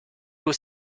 aux